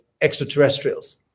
extraterrestrials